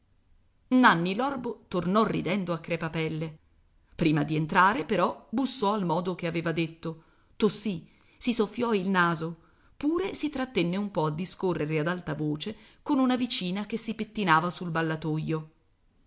sua nanni l'orbo tornò ridendo a crepapelle prima di entrare però bussò al modo che aveva detto tossì si soffiò il naso pure si trattenne un po a discorrere ad alta voce con una vicina che si pettinava sul ballatoio